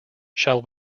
shall